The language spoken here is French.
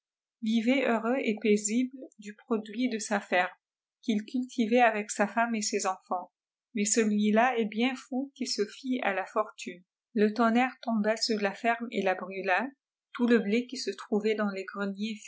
vivait jheureux et paisible du produit dé ôa ferme qùhl cultitçdt avec sa femme et seô enfants mais celui-là est bien fou qui se fie h la fortune le tonnerre tomba siir la feroie etàiràla tout le blé qui se trouvait dans les